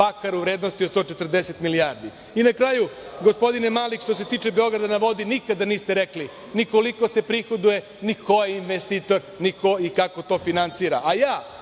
bakar u vrednosti od 140 milijardi.I na kraju gospodine Mali, što se tiče Beograda na vodi, nikada niste rekli ni koliko se prihoduje, ni ko je investitor, ni kako to finansira.